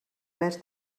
mes